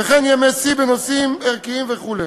וכן ימי שיא בנושאים ערכיים וכו'.